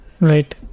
Right